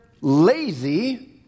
lazy